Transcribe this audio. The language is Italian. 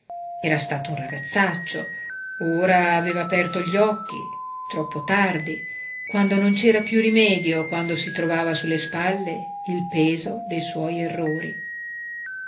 era stato un ragazzaccio ora aveva aperto gli occhi troppo tardi quando non c'era più rimedio quando si trovava sulle spalle il peso dei suoi errori